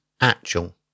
actual